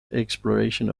exploration